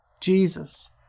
Jesus